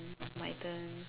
my turn